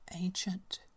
ancient